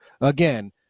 again